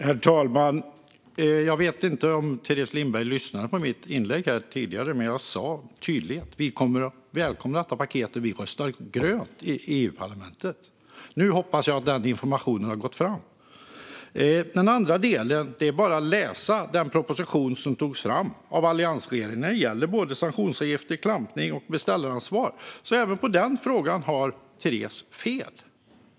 Herr talman! Jag vet inte om Teres Lindberg lyssnade på mitt inlägg, men jag sa tydligt att vi kommer att välkomna paketet, och vi röstar grönt i EU-parlamentet. Nu hoppas jag att den informationen har gått fram. När det gäller den andra delen är det bara att läsa den proposition som togs fram av alliansregeringen om sanktionsavgifter, klampning och beställaransvar. Även på den punkten har Teres alltså fel.